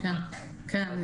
כן, כן.